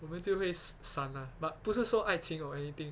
我们就会散啊 but 不是说爱情 or anything